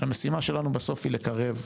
כשהמשימה שלנו בסוף היא לקרב.